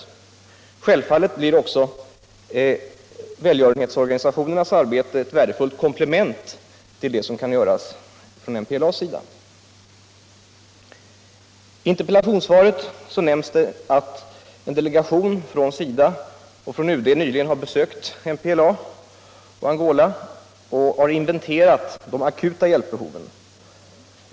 Självfallet blir också välgörenhetsorganisationernas arbete ett värdefullt komplement till det som kan göras från MPLA:s sida. I interpellationssvaret nämns att en delegation från SIDA och från UD nyligen har besökt MPLA och Angola och har inventerat de akuta hjälpbehoven.